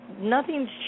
nothing's